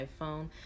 iPhone